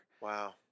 wow